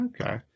Okay